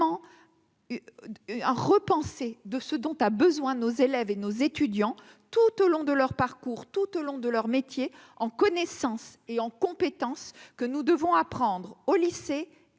repenser de ce dont a besoin, nos élèves et nos étudiants tout au long de leur parcours tout au long de leur métier en connaissance et en compétence que nous devons apprendre au lycée à